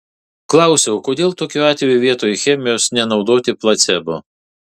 klausiau kodėl tokiu atveju vietoj chemijos nenaudoti placebo